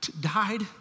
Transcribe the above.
died